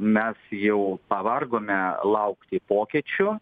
mes jau pavargome laukti pokyčių